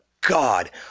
God